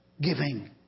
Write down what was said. giving